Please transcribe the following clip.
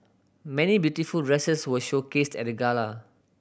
many beautiful dresses were showcased at the gala